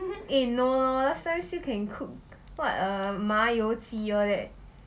eh no lor last time still can cook what err 麻油鸡 all that